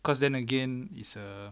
because then again it's a